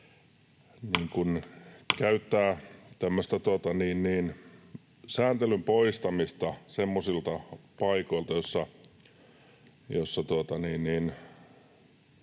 auttaa sääntelyn poistamista semmoisilta paikoilta